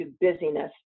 busyness